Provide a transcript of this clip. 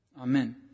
Amen